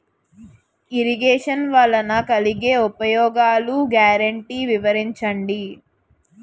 Irrigation వలన కలిగే ఉపయోగాలు గ్యారంటీ వివరించండి?